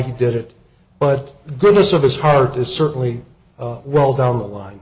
he did it but the goodness of his heart is certainly a roll down the line